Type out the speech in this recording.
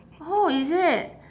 oh is it